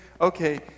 okay